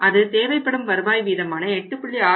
அது தேவைப்படும் வருவாய் வீதமான 8